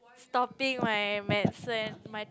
stopping my medicine my